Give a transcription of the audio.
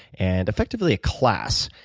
and effectively a class,